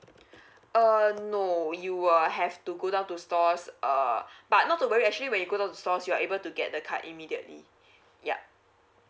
uh no you will have to go down to stores err but not to worry actually when you go down to the store you are able to get the card immediately yup